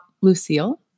Lucille